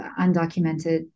undocumented